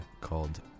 called